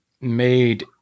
made